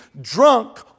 drunk